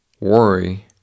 worry